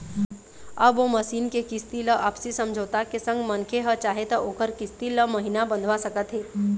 अब ओ मसीन के किस्ती ल आपसी समझौता के संग मनखे ह चाहे त ओखर किस्ती ल महिना बंधवा सकत हे